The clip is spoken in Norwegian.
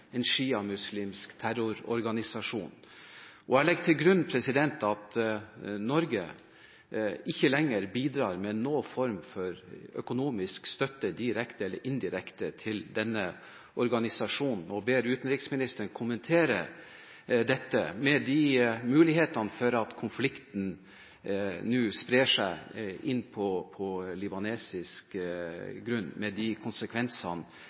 en sjiamuslimsk terrororganisasjon. Jeg legger til grunn at Norge ikke lenger bidrar med noen form for økonomisk støtte direkte eller indirekte til denne organisasjonen og ber utenriksministeren kommentere mulighetene for at konflikten nå sprer seg inn på libanesisk grunn, med de konsekvensene